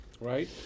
right